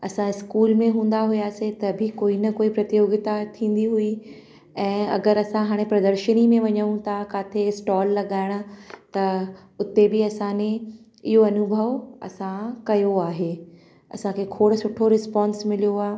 असां स्कूल में हूंदा हुआसीं त बि कोई न कोई प्रतियोगिता थींदी हुई ऐं अगरि असां हाणे प्रदर्शनी में वञूं था काथे स्टॉल लॻाइण त उते बि असांखे इहो अनुभव असां कयो आहे असांखे खोड़ सुठो रिस्पॉन्स मिलियो आहे